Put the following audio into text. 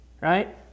right